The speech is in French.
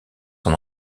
son